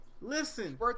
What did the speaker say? Listen